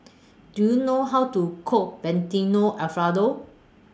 Do YOU know How to Cook Fettuccine Alfredo